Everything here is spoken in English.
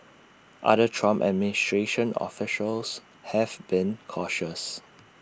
other Trump administration officials have been cautious